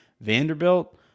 Vanderbilt